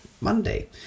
Monday